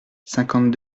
cinquante